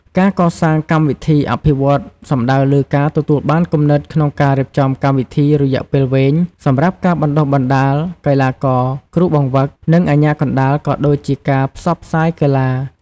ការកសាងកម្មវិធីអភិវឌ្ឍន៍សំដៅលើការ ទទួលបានគំនិតក្នុងការរៀបចំកម្មវិធីរយៈពេលវែងសម្រាប់ការបណ្តុះបណ្តាលកីឡាករ គ្រូបង្វឹក និងអាជ្ញាកណ្តាល ក៏ដូចជាការផ្សព្វផ្សាយកីឡា។